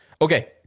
Okay